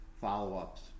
follow-ups